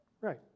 Right